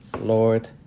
Lord